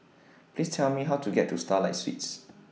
Please Tell Me How to get to Starlight Suites